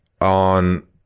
on